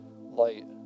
light